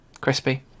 Crispy